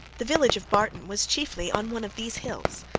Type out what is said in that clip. the village of barton was chiefly on one of these hills,